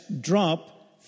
drop